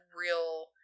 real